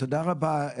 תודה רבה.